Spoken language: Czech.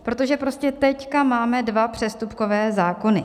Protože prostě teď máme dva přestupkové zákony.